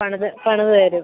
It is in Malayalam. പണിത് പണിത് തരും